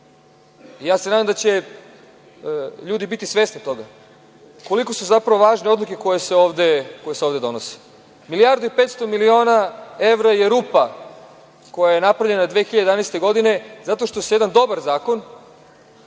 Nadam se da će ljudi biti svesni toga koliko su zapravo važne odluke koje se ovde donose. Milijardu i 500 miliona evra je rupa koja je napravljena 2011. godine zato što se jedan dobar zakon